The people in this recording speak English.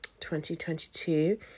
2022